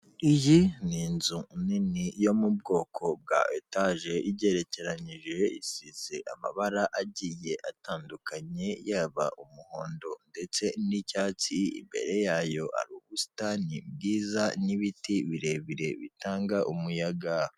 Iyi ni inzu nini yo mu bwoko bwa etage igerekeyije isize amabara agiye atandukanye yaba umuhondo ndetse n'icyatsi, imbere yayo hari ubusitani bwiza n'ibiti birebire bitanga umuyaga.